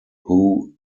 hugh